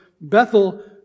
Bethel